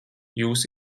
jūs